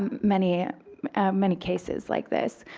um many ah many cases like this.